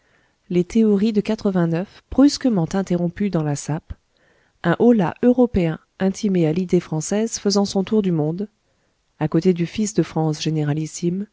les théories de brusquement interrompues dans la sape un holà européen intimé à l'idée française faisant son tour du monde à côté du fils de france généralissime